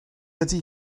ydy